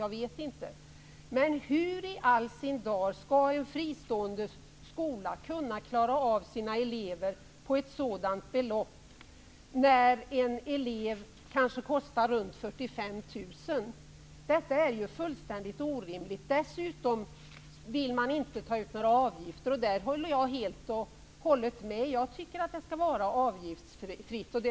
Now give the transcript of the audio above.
Jag vet inte riktigt, men hur i all sin dar skall en fristående skola kunna klara av sina elever med ett sådant belopp? En elev kanske kostar runt 45 000 kr. Detta är orimligt. Dessutom vill man inte ta ut några avgifter. Jag håller helt och hållet med om det. Jag tycker att det skall vara avgiftsfritt.